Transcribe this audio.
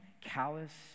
callous